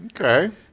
Okay